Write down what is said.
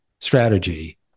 strategy